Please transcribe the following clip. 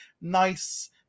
nice